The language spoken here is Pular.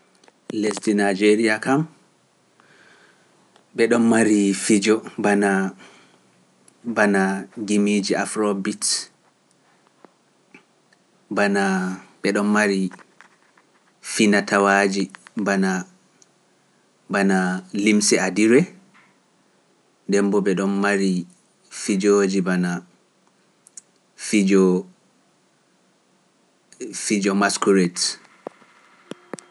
Lesdi Najeriya kam ɓeɗon mari fijo bana bana gimiiji Afrobit, bana limse adire, fijo masqurade